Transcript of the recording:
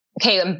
okay